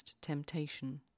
temptation